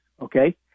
okay